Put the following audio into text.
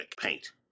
paint